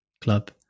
club